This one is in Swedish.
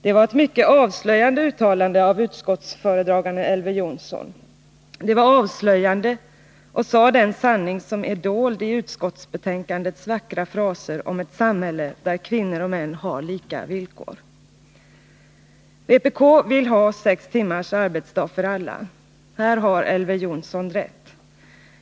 Det var ett mycket avslöjande uttalande av utskottsföredraganden Elver Jonsson. Det visade på den sanning som finns dold bakom utskottsbetänkandets vackra fraser om ett samhälle där lika villkor gäller för kvinnor och män. Vpk vill ha sex timmars arbetsdag för alla. Här har Elver Jonsson rätt.